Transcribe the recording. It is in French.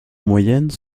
moyenne